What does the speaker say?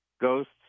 ghosts